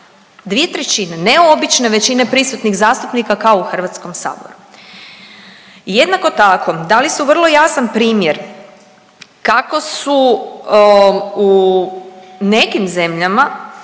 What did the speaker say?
2/3, ne obične većine prisutnih zastupnika kao u HS. I jednako tako dali su vrlo jasan primjer kako su, u nekim zemljama